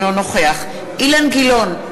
אינו נוכח אילן גילאון,